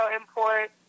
Import